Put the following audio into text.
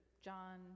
John